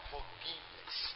Forgiveness